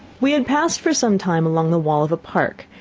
we had passed for some time along the wall of a park,